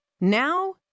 Now